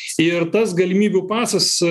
ir tas galimybių pasas